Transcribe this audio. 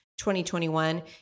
2021